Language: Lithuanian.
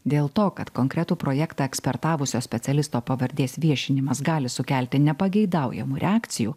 dėl to kad konkretų projektą eksportavusio specialisto pavardės viešinimas gali sukelti nepageidaujamų reakcijų